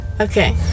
okay